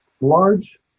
large